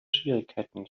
schwierigkeiten